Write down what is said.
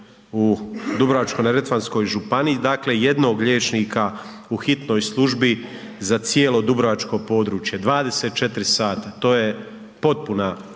u Dubrovačkoj-neretvanskoj županiji, dakle jednog liječnika u hitnoj službi za cijelo dubrovačko područje 24h, to je potpuna